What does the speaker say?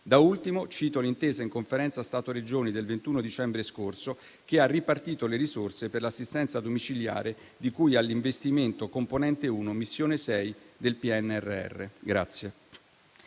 Da ultimo, cito l'intesa in Conferenza Stato Regioni del 21 dicembre scorso, che ha ripartito le risorse per l'assistenza domiciliare, di cui all'investimento componente 1 - missione 6 del Piano